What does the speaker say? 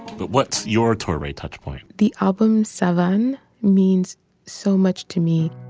but what's your story touchpoint the album's seven means so much to me